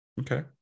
Okay